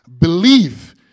Believe